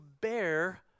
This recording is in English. bear